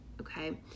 okay